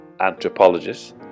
anthropologists